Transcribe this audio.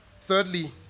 Thirdly